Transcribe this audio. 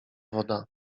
woda